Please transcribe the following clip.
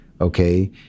Okay